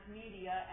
media